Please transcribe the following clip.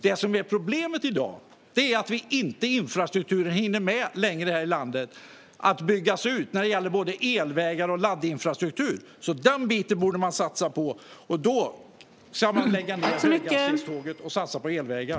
Det som är problemet i dag är att infrastrukturen här i landet inte hinner byggas ut när det gäller både elvägar och laddinfrastruktur. Den biten borde man därför satsa på. Då kan man lägga ned planerna på höghastighetstågen och satsa på elvägar.